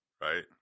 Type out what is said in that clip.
right